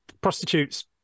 prostitutes